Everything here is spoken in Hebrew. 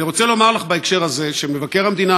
אני רוצה לומר לך בהקשר הזה שמבקר המדינה,